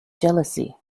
jealousy